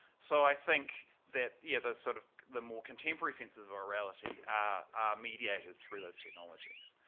so i think that yeah the sort of. the more contemporary senses of orality are mediated through those technologies.